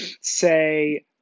say